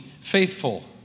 faithful